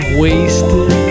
wasted